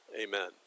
Amen